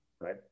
right